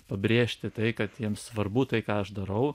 pabrėžti tai kad jiems svarbu tai ką aš darau